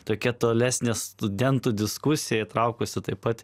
tokia tolesnė studentų diskusija įtraukusi taip pat